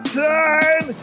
time